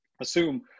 assume